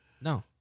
No